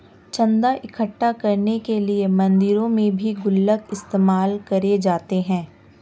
चन्दा इकट्ठा करने के लिए मंदिरों में भी गुल्लक इस्तेमाल करे जाते हैं